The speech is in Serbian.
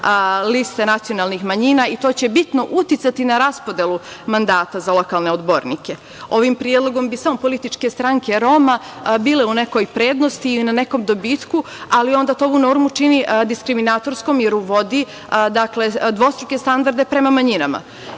liste nacionalnih manjina i to će bitno uticati na raspodelu mandata za lokalne odbornike. Ovim predlogom bi samo političke stranke Roma bile u nekoj prednosti i na nekom dobitku, ali to ovu normu čini diskriminatorskom, jer uvodi dvostruke standarde prema manjinama.